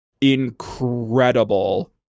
incredible